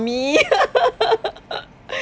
me